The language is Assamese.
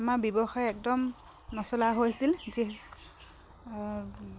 আমাৰ ব্যৱসায় একদম নচলা হৈছিল যি